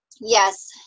yes